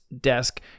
desk